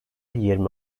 yirmi